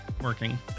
working